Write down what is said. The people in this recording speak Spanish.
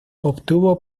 obtuvo